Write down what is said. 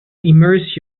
immerse